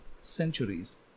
centuries